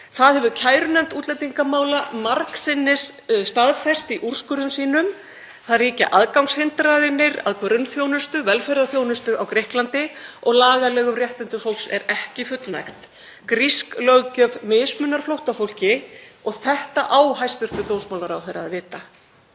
Það hefur kærunefnd útlendingamála margsinnis staðfest í úrskurðum sínum. Það ríkja aðgangshindranir að grunnþjónustu, velferðarþjónustu á Grikklandi og lagalegum réttindum fólks er ekki fullnægt. Grísk löggjöf mismunar flóttafólki og þetta á hæstv. dómsmálaráðherra að vita.